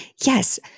Yes